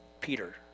Peter